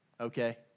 Okay